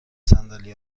صندل